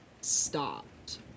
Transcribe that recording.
stopped